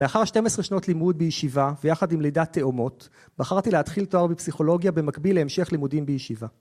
‫לאחר 12 שנות לימוד בישיבה ‫ויחד עם לידת תאומות, ‫בחרתי להתחיל תואר בפסיכולוגיה ‫במקביל להמשך לימודים בישיבה.